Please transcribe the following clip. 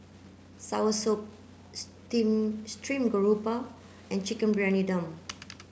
Soursop steam stream grouper and chicken Briyani Dum